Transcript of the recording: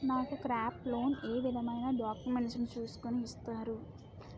నాకు crop loan ఏ విధమైన డాక్యుమెంట్స్ ను చూస్కుని ఇస్తారు?